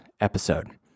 episode